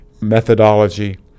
methodology